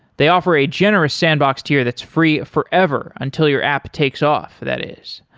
they offer a generous sandbox tier that's free forever until your app takes off, that is.